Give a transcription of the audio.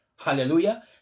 Hallelujah